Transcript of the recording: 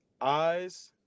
eyes